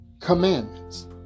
commandments